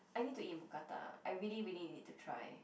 I need to eat Mookata I really really need to try